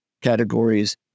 categories